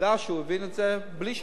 עובדה שהוא הבין את זה בלי שאני,